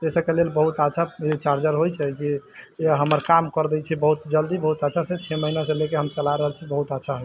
एहि सबके लेल बहुत अच्छा ई चार्जर होयत छै कि हमर काम कर दय छै बहुत जल्दी बहुत अच्छा से छओ महीना से लेके हम चला रहल छियै बहुत अच्छा हइ ई